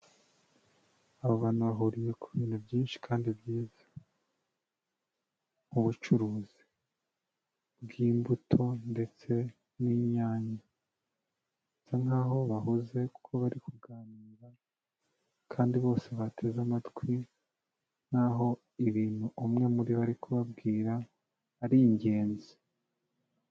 Aba bantu bahuriye ku bintu byinshi kandi byiza. Nk'ubucuruzi bw'imbuto ndetse n'inyanya. Basa nkaho bahuze kuko bari kuganira, kandi bose bateze amatwi nkaho ibintu umwe muri bo ari kubabwira ari ingenzi.